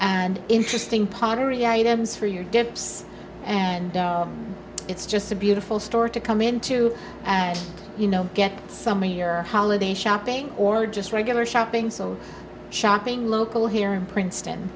and interesting pottery items for your dips and it's just a beautiful start to come into you know get some ear holiday shopping or just regular shopping so shopping local here in princeton